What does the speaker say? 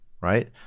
right